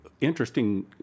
interesting